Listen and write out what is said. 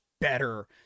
better